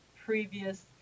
previous